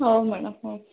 ହଉ ମ୍ୟାଡମ୍ ହଉ